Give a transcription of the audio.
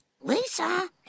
Lisa